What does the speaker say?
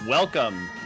Welcome